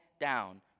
down